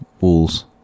walls